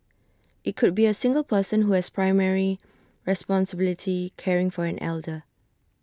IT could be A single person who has primary responsibility caring for an elder